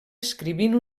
escrivint